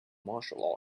martial